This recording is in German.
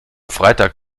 freitag